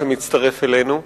שמצטרף אלינו.